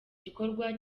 gikorwa